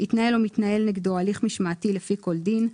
התנהל או מתנהל נגדו הליך משמעתי לפי כל דין,